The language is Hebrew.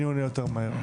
אני עונה יותר מהר'.